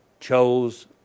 Chose